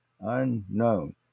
unknown